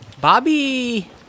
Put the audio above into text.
Bobby